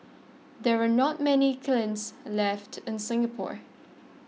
there are not many kilns left in Singapore